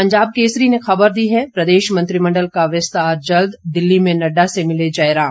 पंजाब केसरी ने खबर दी है प्रदेश मंत्रिमंडल का विस्तार जल्द दिल्ली में नड्डा से मिले जयराम